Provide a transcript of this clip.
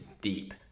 deep